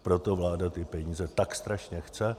Proto vláda ty peníze tak strašně chce.